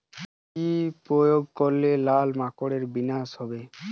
কি প্রয়োগ করলে লাল মাকড়ের বিনাশ হবে?